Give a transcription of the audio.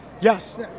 yes